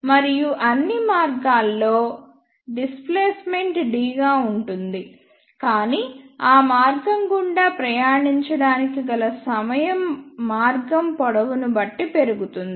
మరియు ఈ అన్ని మార్గాల్లో డిస్ప్లేస్మెంట్ d గా ఉంటుంది కానీ ఆ మార్గం గుండా ప్రయాణించడానికి గల సమయం మార్గం పొడవును బట్టి పెరుగుతుంది